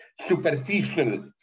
superficial